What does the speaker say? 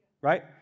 Right